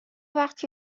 وقتی